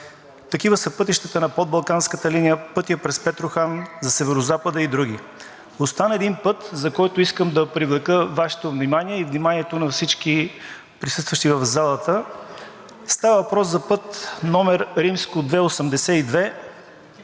Такива са пътищата на Подбалканската линия, пътят през Петрохан за Северозапада и други. Остана един път, за който искам да привлека Вашето внимание и вниманието на всички присъстващи в залата. Става въпрос за път II-82,